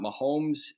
Mahomes